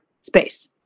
space